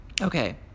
Okay